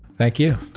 thank you